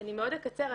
אני אקצר.